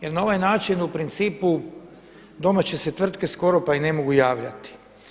Jer na ovaj način u principu domaće se tvrtke skoro pa i ne mogu javljati.